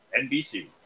NBC